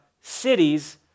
cities